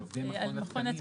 על עובדי מכון התקנים.